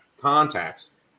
contacts